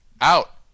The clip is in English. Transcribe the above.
out